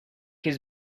his